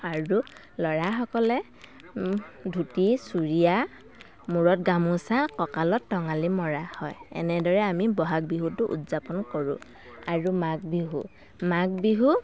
আৰু ল'ৰাসকলে ধুতি চুৰিয়া মূৰত গামোচা কঁকালত টঙালি মৰা হয় এনেদৰে আমি ব'হাগ বিহুটো উদযাপন কৰোঁ আৰু মাঘ বিহু মাঘ বিহু